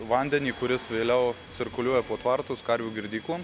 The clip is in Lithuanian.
vandenį kuris vėliau cirkuliuoja po tvartus karvių girdyklom